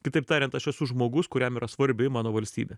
kitaip tariant aš esu žmogus kuriam yra svarbi mano valstybė